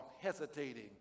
hesitating